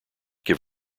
give